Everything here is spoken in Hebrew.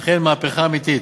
אכן, מהפכה אמיתית.